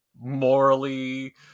morally